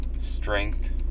Strength